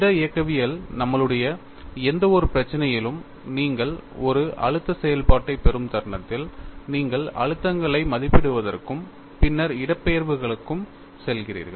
திட இயக்கவியலில் நம்மளுடைய எந்தவொரு பிரச்சினையிலும் நீங்கள் ஒரு அழுத்த செயல்பாட்டைப் பெறும் தருணத்தில் நீங்கள் அழுத்தங்களை மதிப்பிடுவதற்கும் பின்னர் இடப்பெயர்வுகளுக்கும் செல்கிறீர்கள்